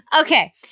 Okay